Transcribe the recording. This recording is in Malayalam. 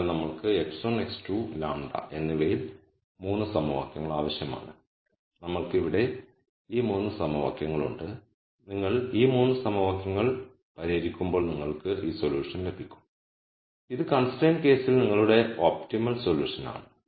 അതിനാൽ നമ്മൾക്ക് x1 x2 λ എന്നിവയിൽ 3 സമവാക്യങ്ങൾ ആവശ്യമാണ് നമ്മൾക്ക് ഇവിടെ ഈ 3 സമവാക്യങ്ങളുണ്ട് നിങ്ങൾ ഈ 3 സമവാക്യങ്ങൾ പരിഹരിക്കുമ്പോൾ നിങ്ങൾക്ക് ഈ സൊല്യൂഷൻ ലഭിക്കും ഇത് കൺസ്ട്രൈൻഡ് കേസിൽ നിങ്ങളുടെ ഒപ്റ്റിമൽ സൊല്യൂഷനാണ്